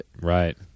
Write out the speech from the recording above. Right